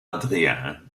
adrien